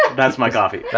that's my coffee.